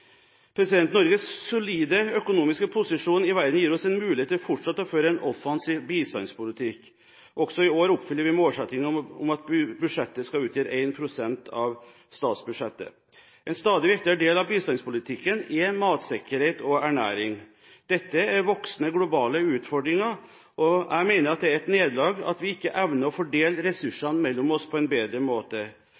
Norges solide økonomiske posisjon i verden gir oss en mulighet til fortsatt å føre en offensiv bistandspolitikk – også i år oppfyller vi målsettingen om at budsjettet skal utgjøre 1 pst. av statsbudsjettet. En stadig viktigere del av bistandspolitikken er matsikkerhet og ernæring. Dette er voksende globale utfordringer, og jeg mener at det er et nederlag at vi ikke evner å fordele